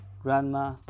Grandma